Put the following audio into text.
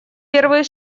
первый